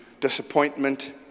disappointment